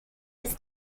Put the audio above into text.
his